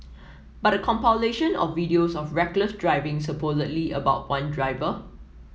but a compilation of videos of reckless driving supposedly about one driver